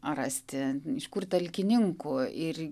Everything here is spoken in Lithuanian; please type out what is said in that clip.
rasti iš kur talkininkų ir